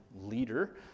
leader